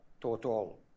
total